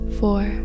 four